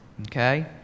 Okay